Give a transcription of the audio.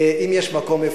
אם יש מקום,